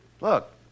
Look